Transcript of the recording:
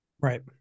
Right